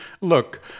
look